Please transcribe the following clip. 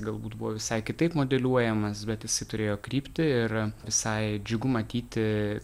galbūt buvo visai kitaip modeliuojamas bet jisai turėjo kryptį ir visai džiugu matyti